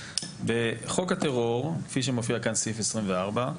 בחוק הטרור כפי שמופיע כאן סעיף 24,